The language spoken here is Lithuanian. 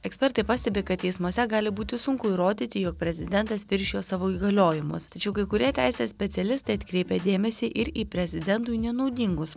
ekspertai pastebi kad teismuose gali būti sunku įrodyti jog prezidentas viršijo savo įgaliojimus tačiau kai kurie teisės specialistai atkreipia dėmesį ir į prezidentui nenaudingus